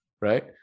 right